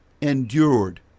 endured